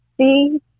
see